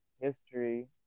history